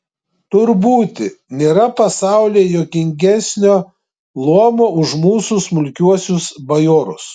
tur būti nėra pasaulyje juokingesnio luomo už mūsų smulkiuosius bajorus